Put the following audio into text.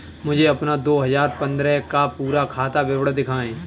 मुझे अपना दो हजार पन्द्रह का पूरा खाता विवरण दिखाएँ?